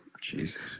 jesus